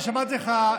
כששמעתי אותך,